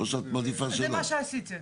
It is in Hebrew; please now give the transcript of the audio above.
זה מה שעשיתי.